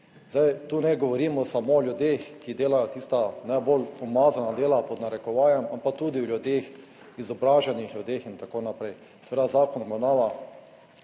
Zdaj tu ne govorimo samo o ljudeh, ki delajo tista najbolj umazana dela, pod narekovajem, ampak tudi o ljudeh, izobraženih ljudeh in tako naprej, seveda zakon obravnava